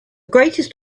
greatest